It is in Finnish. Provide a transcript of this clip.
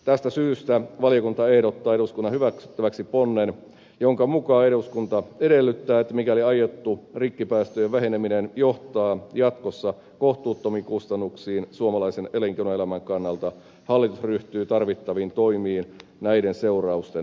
tästä syystä valiokunta ehdottaa eduskunnan hyväksyttäväksi ponnen jonka mukaan eduskunta edellyttää että mikäli aiottu rikkipäästöjen väheneminen johtaa jatkossa kohtuuttomiin kustannuksiin suomalaisen elinkeinoelämän kannalta hallitus ryhtyy tarvittaviin toimiin näiden seurausten lieventämiseksi